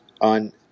on